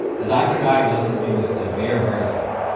the doctor diagnoses me with severe vertigo.